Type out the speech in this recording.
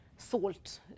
salt